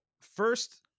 First